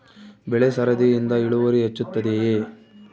ಬೆಳೆ ಸರದಿಯಿಂದ ಇಳುವರಿ ಹೆಚ್ಚುತ್ತದೆಯೇ?